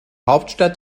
hauptstadt